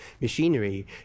machinery